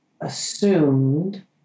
assumed